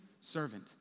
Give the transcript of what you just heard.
servant